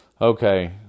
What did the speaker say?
Okay